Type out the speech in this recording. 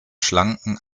schlanken